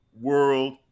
world